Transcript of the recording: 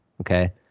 okay